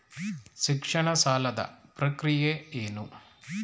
ಶಿಕ್ಷಣ ಸಾಲದ ಪ್ರಕ್ರಿಯೆ ಏನು?